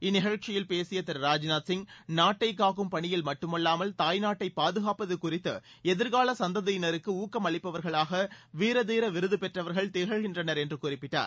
இந்நிகழ்ச்சியில் பேசிய திரு ராஜ்நாத் சிங் நாட்டை காக்கும் பணியில் மட்டும் அல்லாமல் தாய்நாட்டை பாதுகாப்பது குறித்து எதிர்கால சந்ததியினருக்கு ஊக்கம் அளிப்பவர்களாக வீரதீர விருது பெற்றவர்கள் திகழ்கின்றனர் என்று குறிப்பிட்டார்